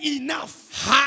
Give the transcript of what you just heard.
enough